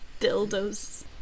dildos